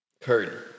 curtain